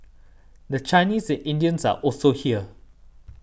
the Chinese and Indians are also here